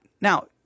Now